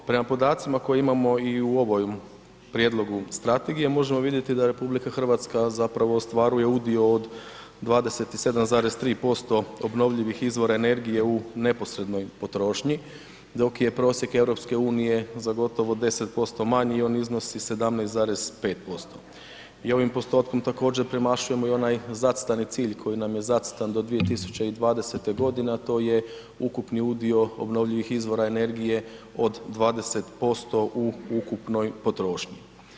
Prema podacima koje imamo i u ovom prijedlogu strategije možemo vidjeti RH zapravo ostvaruje udio od 27,3% obnovljivih izvora energije u neposrednoj potrošnji dok je prosjek EU-a za gotovo 10% manji, on iznosi 17,5% i ovim postotkom također premašujemo i onaj zacrtani cilj koji nam je zacrtan do 2020. g. a to je ukupni udio obnovljivih izvora energije od 20% u ukupnoj potrošnji.